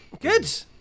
Good